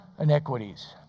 iniquities